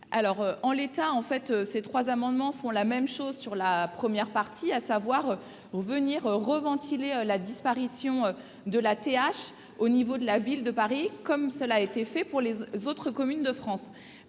alors en l'état, en fait, ces trois amendements font la même chose sur la première partie, à savoir vous venir revente filer la disparition de la TH au niveau de la ville de Paris comme cela a été fait pour les autres communes de France,